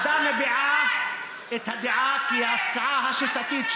כמה שטויות הוא מדבר.